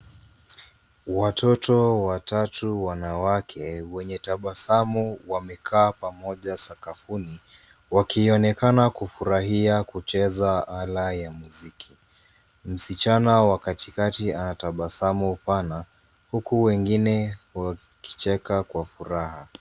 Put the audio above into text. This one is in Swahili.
Watoto watatu wanawake wenye tabasamu wamekaa pamoja sakafuni. Wakionekana kufurahia kucheza ala ya muziki. Msichana wa katikati ana tabasamu pana huku wengine wakicheka kwa furaha.